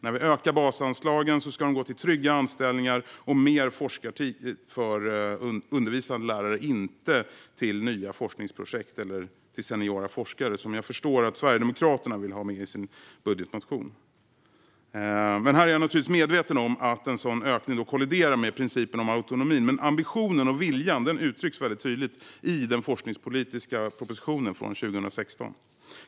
När vi ökar basanslagen ska de gå till trygga anställningar och mer forskartid för undervisande lärare - inte till nya forskningsprojekt eller till seniora forskare, som jag förstår att Sverigedemokraterna vill med sin budgetmotion. Jag är naturligtvis medveten om att en sådan önskan kolliderar med principen om autonomin. Men ambitionen och viljan uttrycks tydligt i den forskningspolitiska propositionen från 2016.